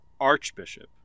archbishop